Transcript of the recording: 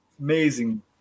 amazing